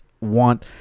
want